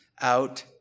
out